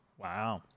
wow